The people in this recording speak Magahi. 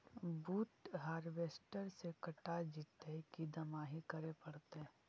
बुट हारबेसटर से कटा जितै कि दमाहि करे पडतै?